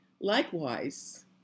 Likewise